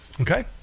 Okay